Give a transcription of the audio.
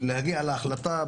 להגיע להחלטה.